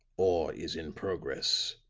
or is in progress.